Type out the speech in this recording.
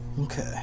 Okay